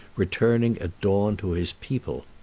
returning at dawn to his people.